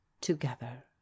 together